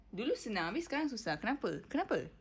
dulu senang tapi sekarang susah kenapa kenapa